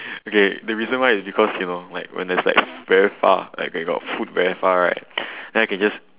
okay the reason why is because you know like when there's like very far like got food very far right then I can just